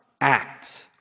act